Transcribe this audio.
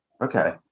Okay